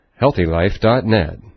HealthyLife.net